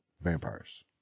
vampires